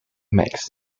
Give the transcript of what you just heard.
makes